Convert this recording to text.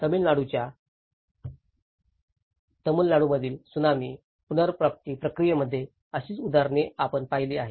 तमिळनाडूच्या तमिळनाडूमधील त्सुनामी पुनर्प्राप्ती प्रक्रियेमध्येही अशीच उदाहरणे आपण पाहिली आहेत